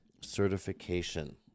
certification